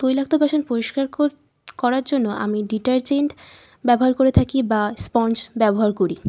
তৈলাক্ত বাসন পরিষ্কার করার জন্য আমি ডিটারজেন্ট ব্যবহার করে থাকি বা স্পঞ্জ ব্যবহার করি